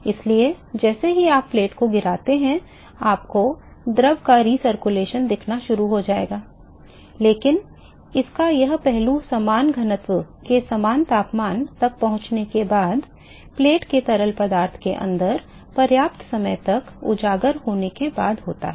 इसलिए जैसे ही आप प्लेट को गिराते हैं आपको द्रव का पुनरावर्तन दिखना शुरू हो जाएगा लेकिन इसका यह पहलू समान घनत्व में समान तापमान तक पहुंचने के बाद प्लेट के तरल पदार्थ के अंदर पर्याप्त समय तक उजागर होने के बाद होता है